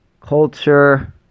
culture